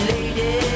Lady